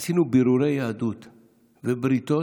עשינו בירורי יהדות ובריתות,